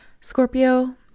Scorpio